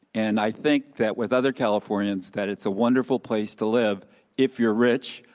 and i think that with other californians, that it's a wonderful place to live if you're rich,